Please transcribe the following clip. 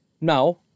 Now